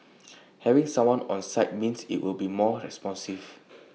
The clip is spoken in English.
having someone on site means IT will be more responsive